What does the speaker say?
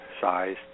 size